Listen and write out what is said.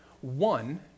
One